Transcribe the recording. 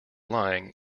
lying